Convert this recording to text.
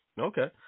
Okay